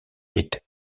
est